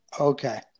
Okay